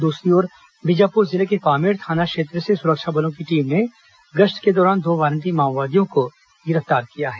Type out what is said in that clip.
दूसरी ओर बीजापुर जिले के पामेड़ थाना क्षेत्र से सुरक्षा बलों की टीम ने गश्त के दौरान दो वारंटी माओवादियों को गिरफ्तार किया है